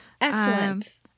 Excellent